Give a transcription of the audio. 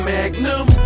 Magnum